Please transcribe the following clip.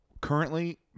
currently